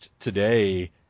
today